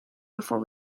before